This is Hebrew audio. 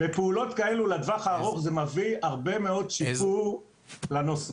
בפעולות כאלו לטווח הארוך זה מביא הרבה מאוד שיפור לנושא.